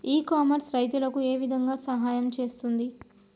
ఇ commerce రైతులకు ఏ విధంగా సహాయం చేస్తుంది?